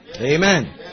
Amen